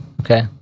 Okay